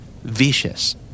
vicious